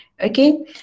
okay